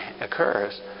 occurs